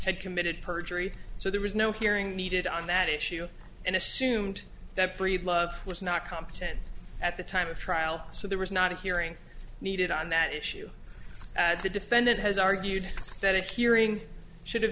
had committed perjury so there was no hearing needed on that issue and assumed that breedlove was not competent at the time of trial so there was not a hearing needed on that issue as the defendant has argued that hearing should have